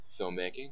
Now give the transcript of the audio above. filmmaking